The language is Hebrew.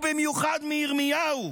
ובמיוחד מירמיהו,